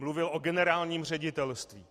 Mluvil o generálním ředitelství.